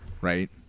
right